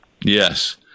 Yes